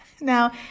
Now